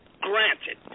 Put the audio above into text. granted